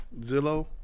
Zillow